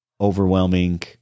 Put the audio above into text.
overwhelming